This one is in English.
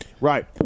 Right